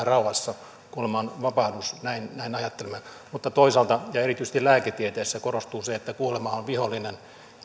rauhassa kuolema on vapahdus näin näin ajattelemme mutta toisaalta ja erityisesti lääketieteessä korostuu se että kuolema on vihollinen